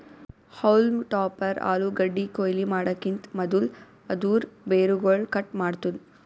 haulm topper ಆಲೂಗಡ್ಡಿ ಕೊಯ್ಲಿ ಮಾಡಕಿಂತ್ ಮದುಲ್ ಅದೂರ್ ಬೇರುಗೊಳ್ ಕಟ್ ಮಾಡ್ತುದ್